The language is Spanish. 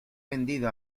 vendido